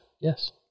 Yes